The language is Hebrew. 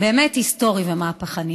באמת היסטורי ומהפכני,